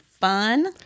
fun